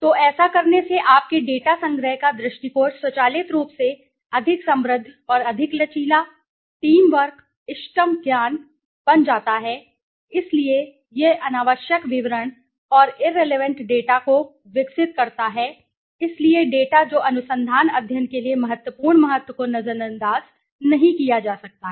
तो ऐसा करने से कि आपके डेटासंग्रह का दृष्टिकोण स्वचालित रूप से अधिक समृद्ध और अधिक लचीला टीम वर्क इष्टतम अज्ञान बन जाता है इसलिए यह अनावश्यक विवरण और इर्रेलेवेंट डेटा को विकसित करता है इसलिए डेटा जो अनुसंधान अध्ययन के लिए महत्वपूर्ण महत्व को नजरअंदाज नहीं किया जा सकता है